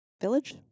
village